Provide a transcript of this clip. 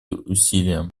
усилиям